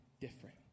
different